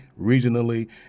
regionally